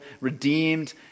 redeemed